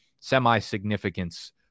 semi-significance